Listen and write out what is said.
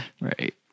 right